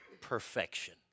perfection